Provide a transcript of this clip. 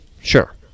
Sure